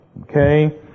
Okay